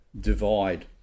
divide